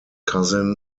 cousin